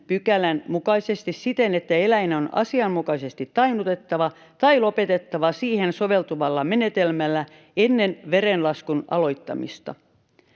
33 §:n mukaisesti siten, että eläin on asianmukaisesti tainnutettava tai lopetettava siihen soveltuvalla menetelmällä ennen verenlaskun aloittamista.